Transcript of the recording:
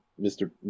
Mr